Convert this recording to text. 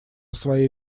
своей